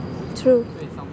true